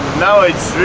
now it's